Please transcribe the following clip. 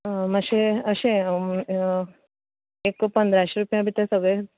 आं मात्शें अशें एक पंदराशें रुपया भितर सगळें